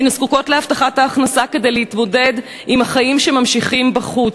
הן זקוקות להבטחת ההכנסה כדי להתמודד עם החיים שנמשכים בחוץ.